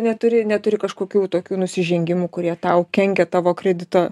neturi neturi kažkokių tokių nusižengimų kurie tau kenkia tavo kredito